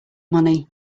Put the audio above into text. money